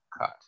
cut